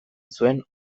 zuen